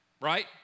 right